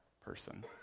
person